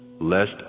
LEST